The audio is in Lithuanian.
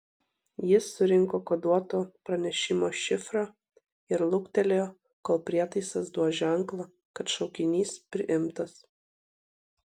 jis surinko koduoto pranešimo šifrą ir luktelėjo kol prietaisas duos ženklą kad šaukinys priimtas